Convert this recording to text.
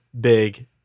big